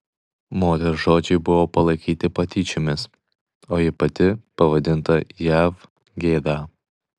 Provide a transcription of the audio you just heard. moters žodžiai buvo palaikyti patyčiomis o ji pati pavadinta jav gėda